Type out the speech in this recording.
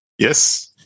yes